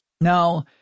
Now